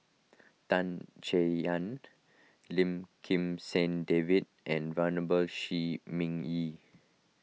Tan Chay Yan Lim Kim San David and Venerable Shi Ming Yi